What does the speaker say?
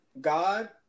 God